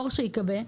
אור שייכבה,